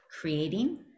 creating